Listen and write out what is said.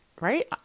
right